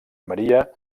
maria